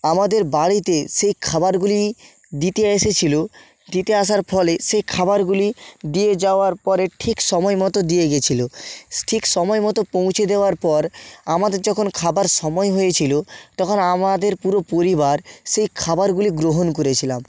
আমাদের বাড়িতে সেই খাবারগুলি দিতে এসেছিল দিতে আসার ফলে সে খাবারগুলি দিয়ে যাওয়ার পরে ঠিক সময় মতো দিয়ে গিয়েছিল ঠিক সময় মতো পৌঁছে দেওয়ার পর আমাদের যখন খাবার সময় হয়েছিল তখন আমাদের পুরো পরিবার সেই খাবারগুলি গ্রহণ করেছিলাম